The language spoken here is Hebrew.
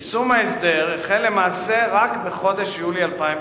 יישום ההסדר החל למעשה רק בחודש יולי 2009,